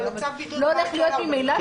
אז זה הולך להיות ממילא שינוי נוסף.